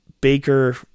Baker